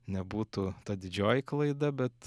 nebūtų ta didžioji klaida bet